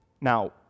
Now